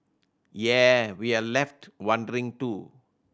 yea we're left wondering too